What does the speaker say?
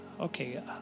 okay